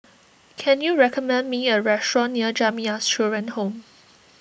can you recommend me a restaurant near Jamiyah Children's Home